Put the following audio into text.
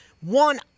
One